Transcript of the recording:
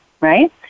right